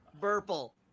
Purple